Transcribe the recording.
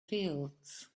fields